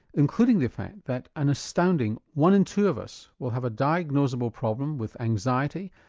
including the fact that an astounding one in two of us will have a diagnosable problem with anxiety,